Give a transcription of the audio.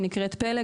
שנקראת פלא,